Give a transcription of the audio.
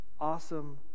awesome